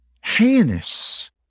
heinous